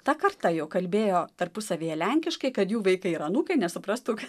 ta karta jau kalbėjo tarpusavyje lenkiškai kad jų vaikai ir anūkai nesuprastų ką